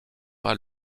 pas